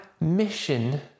mission